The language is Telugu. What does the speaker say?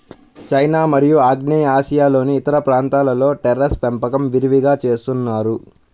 చైనా మరియు ఆగ్నేయాసియాలోని ఇతర ప్రాంతాలలో టెర్రేస్ పెంపకం విరివిగా చేస్తున్నారు